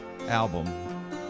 album